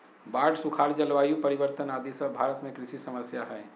बाढ़, सुखाड़, जलवायु परिवर्तन आदि सब भारत में कृषि समस्या हय